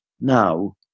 now